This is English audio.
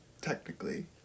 technically